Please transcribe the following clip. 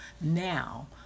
now